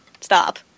Stop